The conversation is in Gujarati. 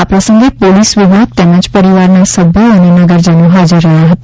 આ પ્રસંગે પોલીસ વિભાગ તેમજ પરિવારના સભ્યો અને નગરજનો હાજર રહ્યા હતા